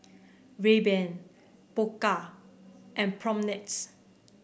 Rayban Pokka and Propnex